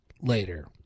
Later